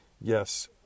Yes